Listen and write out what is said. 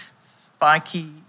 spiky